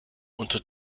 unter